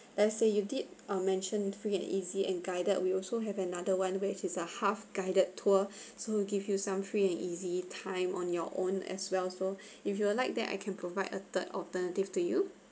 let's say you did err mentioned free and easy and guided we also have another one which is a half guided tour so we'll give you some free and easy time on your own as well so if you'd like that I can provide a third alternative to you